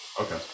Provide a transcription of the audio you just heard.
okay